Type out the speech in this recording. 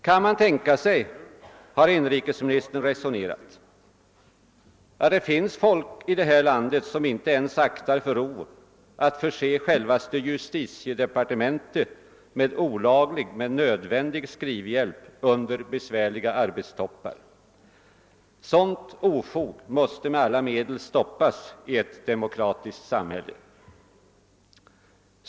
Kan man tänka sig, har inrikesministern resonerat, att det finns folk här i landet som inte ens aktar för rov att förse själva justitiedepartementet med olaglig men nödvändig skrivhjälp under besvärliga arbetstoppar. Sådant ofog måste med alla medel stoppas i ett demokratiskt samhälle.